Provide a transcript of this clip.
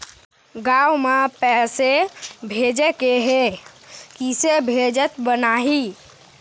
गांव म पैसे भेजेके हे, किसे भेजत बनाहि?